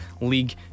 League